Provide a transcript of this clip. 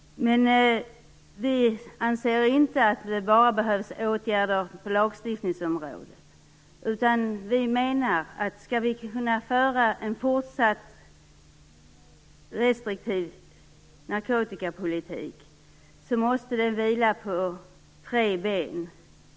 Men vi anser inte att det bara behövs åtgärder på lagstiftningsområdet. Skall vi kunna föra en fortsatt restriktiv narkotikapolitik måste den vila på tre ben.